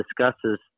discusses